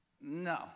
No